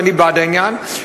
ואני בעד העניין,